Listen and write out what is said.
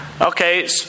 Okay